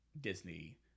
Disney